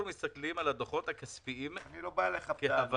אנחנו מסתכלים על הדוחות הכספיים כהווייתם.